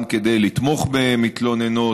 גם כדי לתמוך במתלוננות,